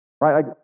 right